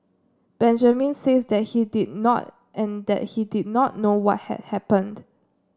Benjamin says that he did not and that he did not know what had happened